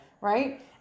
right